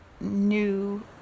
new